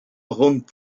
rund